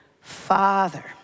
Father